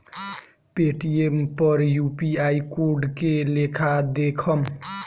Paytm पर UPI code के लेखा देखम?